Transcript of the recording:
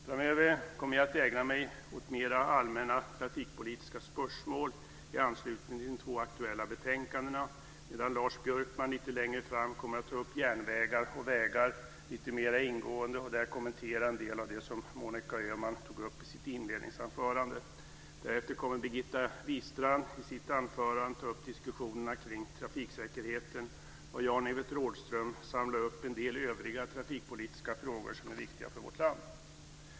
Framöver kommer jag att ägna mig åt mera allmänna trafikpolitiska spörsmål i anslutning till de två aktuella betänkandena, medan Lars Björkman lite längre fram kommer att ta upp järnvägar och vägar lite mera ingående och då kommentera en del av det som Monica Öhman tog upp i sitt inledningsanförande. Därefter kommer Birgitta Wistrand i sitt anförande att ta upp diskussionerna kring trafiksäkerheten och Jan-Evert Rådhström att samla upp en del övriga trafikpolitiska frågor som är viktiga för vårt land.